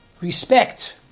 respect